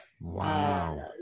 Wow